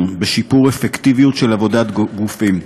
בשיפור האפקטיביות של עבודת גופים.